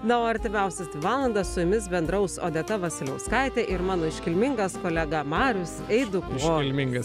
na o artimiausias dvi valandas su jumis bendraus odeta vasiliauskaitė ir mano iškilmingas kolega marius eidukonis